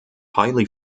highly